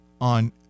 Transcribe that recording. on